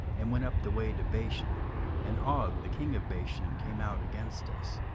and went up the way to bashan and og the king of bashan came out against us,